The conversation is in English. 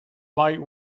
might